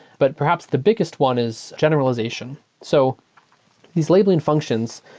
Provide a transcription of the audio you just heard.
but perhaps the biggest one is generalization. so these labeling functions,